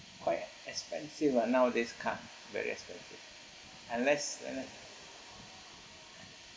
quite expensive ah nowadays car very expensive unless